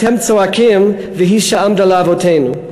אתם צועקים "והיא שעמדה לאבותינו".